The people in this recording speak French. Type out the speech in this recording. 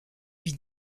lui